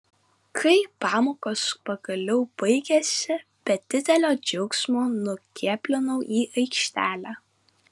kai pamokos pagaliau baigėsi be didelio džiaugsmo nukėblinau į aikštelę